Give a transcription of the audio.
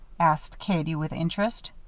asked katie, with interest.